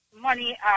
money